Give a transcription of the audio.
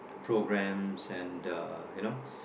programmes and uh you know